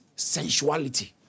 sensuality